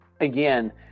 again